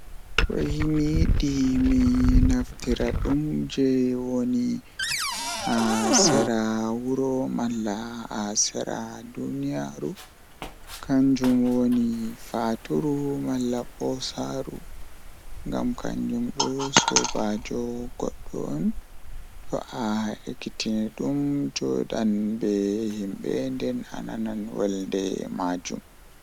Mi buri yiduki nyamdu beldum on ngam dow nyamduuji jei burdaa yiduki ndikkina am nyamdu beldum.